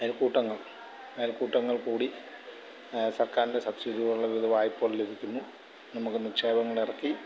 അയൽക്കൂട്ടങ്ങൾ അയൽക്കൂട്ടങ്ങൾ കൂടി സർക്കാരിൻ്റെ സബ്സിഡികളുള്ള വിവിധ വായ്പകൾ ലഭിക്കുന്നു നമുക്ക് നിക്ഷേപങ്ങൾ ഇറക്കി